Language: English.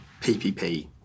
PPP